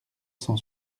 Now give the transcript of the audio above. cent